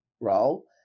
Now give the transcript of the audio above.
role